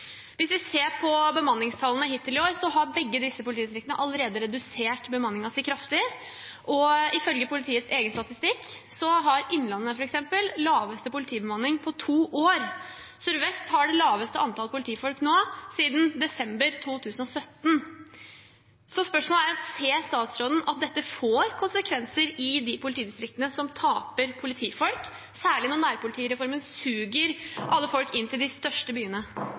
Hvis vi ser på bemanningstallene hittil i år, har begge disse politidistriktene allerede redusert bemanningen sin kraftig, og ifølge politiets egen statistikk har Innlandet f.eks. den laveste politibemanningen på to år. Sør-Vest har det laveste antallet politifolk nå siden desember 2017. Så spørsmålet er: Ser statsråden at dette får konsekvenser i de politidistriktene som taper politifolk, særlig når nærpolitireformen suger alle folk inn til de største byene?